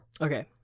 Okay